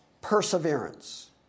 perseverance